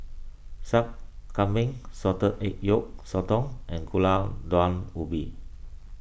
Sup Kambing Salted Egg Yolk Sotong and Gulai Daun Ubi